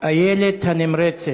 איילת הנמרצת.